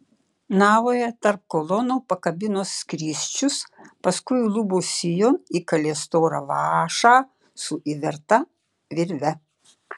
navoje tarp kolonų pakabino skrysčius paskui lubų sijon įkalė storą vąšą su įverta virve